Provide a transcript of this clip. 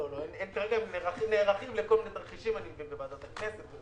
כרגע הם נערכים לכל מיני תרחישים בוועדת הכנסת.